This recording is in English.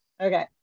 okay